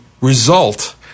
result